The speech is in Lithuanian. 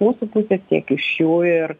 mūsų pusės tiek iš jų ir